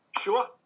Sure